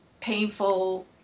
painful